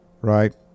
right